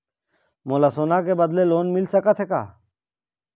मोला सोना के बदले लोन मिल सकथे का?